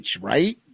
right